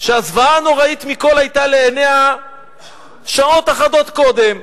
שהזוועה הנוראית מכול היתה לעיניה שעות אחדות קודם,